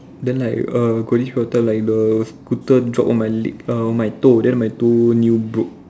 then like err got this period of time like the scooter drop on my leg err on my toe then my toe nail broke